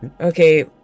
Okay